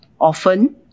Often